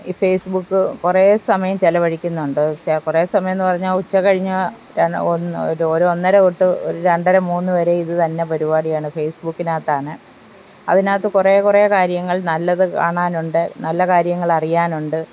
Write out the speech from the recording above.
ഈ Facebook കുറേ സമയം ചിലവഴിക്കുന്നുണ്ട് എന്നുവെച്ചാൽ കുറേ സമയം എന്നുപറഞ്ഞാൽ ഉച്ചകഴിഞ്ഞാൽ ഒരു ഒന്നര തൊട്ട് ഒരു രണ്ടര മൂന്നു വരെ ഇതു തന്നെ പരിപാടിയാണ് ഫെയ്സ് ബുക്കിനകത്താണ് അതിനകത്ത് കുറേ കുറേ കാര്യങ്ങൾ നല്ലതു കാണാനുണ്ട് നല്ല കാര്യങ്ങൾ അറിയാനുണ്ട്